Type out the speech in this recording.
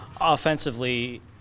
Offensively